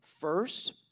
first